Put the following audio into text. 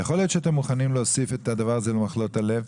יכול להיות שאתם מוכנים להוסיף את הדבר הזה במחלות הלב.